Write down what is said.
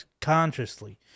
consciously